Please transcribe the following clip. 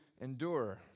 endure